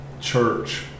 church